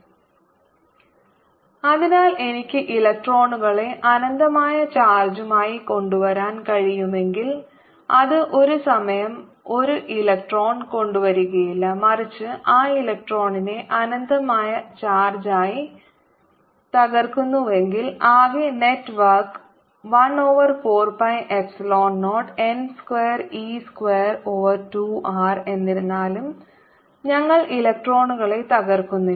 Total work donen0N 114π0ne2R14π0N2R V dq14π00QqRdq14π0Q22R അതിനാൽ എനിക്ക് ഇലക്ട്രോണുകളെ അനന്തമായ ചാർജുമായി കൊണ്ടുവരാൻ കഴിയുമെങ്കിൽ അത് ഒരു സമയം 1 ഇലക്ട്രോൺ കൊണ്ടുവരികയല്ല മറിച്ച് ആ ഇലക്ട്രോണിനെ അനന്തമായ ചാർജായി തകർക്കുന്നുവെങ്കിൽ ആകെ net work 1 over 4 pi epsilon 0 n square e square over 2 r എന്നിരുന്നാലും ഞങ്ങൾ ഇലക്ട്രോണുകളെ തകർക്കുന്നില്ല